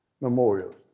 memorials